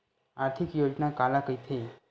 आर्थिक योजना काला कइथे?